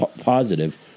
positive